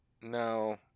No